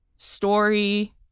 story